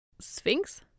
sphinx